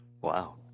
Wow